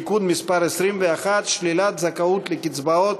(תיקון מס' 21) (שלילת זכאות לקצבאות